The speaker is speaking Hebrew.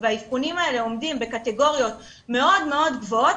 והאבחונים האלה עומדים בקטיגוריות מאוד מאוד גבוהות,